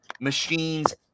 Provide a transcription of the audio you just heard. machines